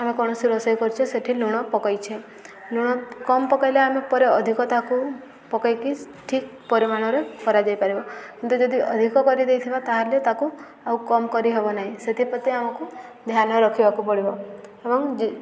ଆମେ କୌଣସି ରୋଷେଇ କରୁଛେ ସେଠି ଲୁଣ ପକେଇଛେ ଲୁଣ କମ ପକେଇଲେ ଆମେ ପରେ ଅଧିକ ତାକୁ ପକେଇକି ଠିକ୍ ପରିମାଣରେ କରାଯାଇ ପାରିବ କିନ୍ତୁ ଯଦି ଅଧିକ କରିଦେଇଥିବା ତାହେଲେ ତାକୁ ଆଉ କମ କରିହେବ ନାହିଁ ସେଥିପ୍ରତି ଆମକୁ ଧ୍ୟାନ ରଖିବାକୁ ପଡ଼ିବ ଏବଂ